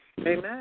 Amen